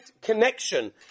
connection